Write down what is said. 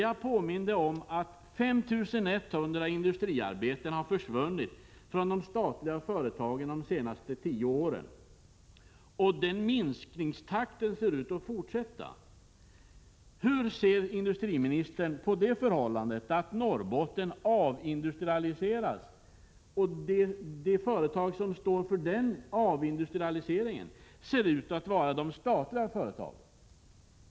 Jag påminde om att 5 100 industriarbeten har försvunnit från de statliga företagen de senaste tio åren. Den minskningen ser ut att fortsätta. Hur ser industriministern på det förhållandet att Norrbotten avindustrialiseras och att de företag som står för avindustrialiseringen ser ut att vara de statliga företagen?